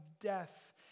death